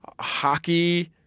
hockey